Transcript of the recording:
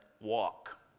walk